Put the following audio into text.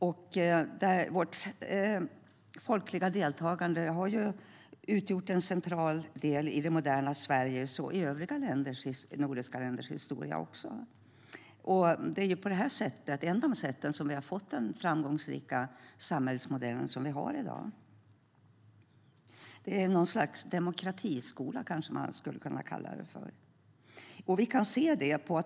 Det folkliga deltagandet har utgjort en central del i det moderna Sverige och i övriga nordiska länders historia. Det är på det sättet som det har bidragit till en framgångsrik samhällsmodell. Man skulle kunna kalla det för en sorts demokratiskola.